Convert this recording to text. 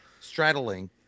straddling